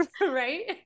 Right